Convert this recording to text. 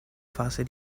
fase